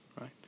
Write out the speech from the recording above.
right